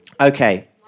Okay